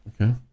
okay